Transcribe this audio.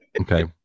Okay